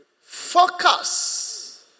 Focus